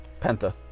Penta